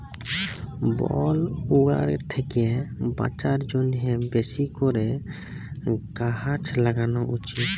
বল উজাড় থ্যাকে বাঁচার জ্যনহে বেশি ক্যরে গাহাচ ল্যাগালো উচিত